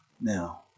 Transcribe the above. now